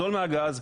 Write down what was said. זול מהגז,